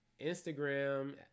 Instagram